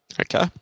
Okay